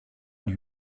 lui